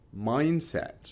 Mindset